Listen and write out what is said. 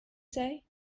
say